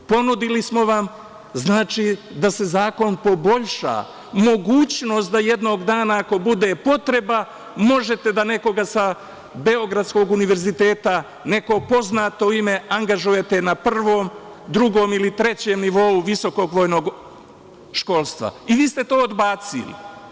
Ponudili smo vam znači da se zakon poboljša, mogućnost da jednog dana ako bude potreba možete da nekoga sa beogradskog univerziteta, neko poznato ime angažujete na prvom, drugom, ili trećem nivou visokovojnog školstva i vi ste to odbacili.